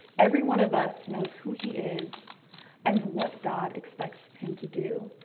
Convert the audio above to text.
every one of us knows who he is and what god expects him to do.